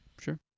Sure